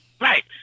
Right